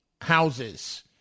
houses